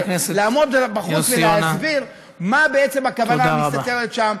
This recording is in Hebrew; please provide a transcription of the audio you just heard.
לעמוד בחוץ ולהסביר מה בעצם הכוונה המסתתרת שם,